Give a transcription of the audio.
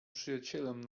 przyjacielem